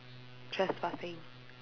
trespassing